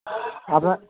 আপনার